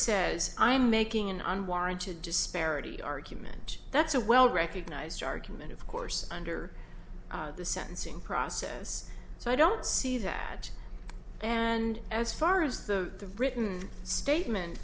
says i'm making an unwarranted disparity argument that's a well recognized argument of course under the sentencing process so i don't see that and as far as the written statement